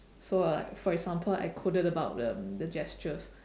so like for example I quoted about the the gestures